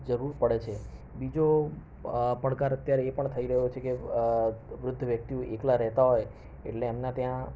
જરૂર પડે છે બીજો પડકાર અત્યારે એ પણ થઈ રહ્યો છે વૃદ્ધ વ્યક્તિઓ એકલા રહેતા હોય એટલે એમના ત્યાં